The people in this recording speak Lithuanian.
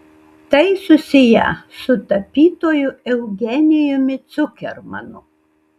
tai susiję su tapytoju eugenijumi cukermanu